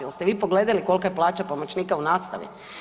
Jeste vi pogledali kolika je plaća pomoćnika u nastavi?